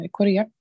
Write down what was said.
Korea